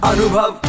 Anubhav